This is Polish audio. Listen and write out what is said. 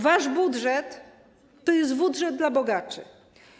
Wasz budżet to jest budżet dla bogaczy.